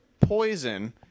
poison